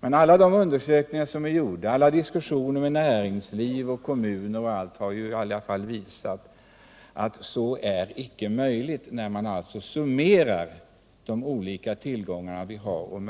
Men alla de undersökningar som gjorts, alla diskussioner med näringsliv och kommuner, har ändå visat att så icke är möjligt, när man summerar de olika tillgångar vi har.